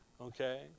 Okay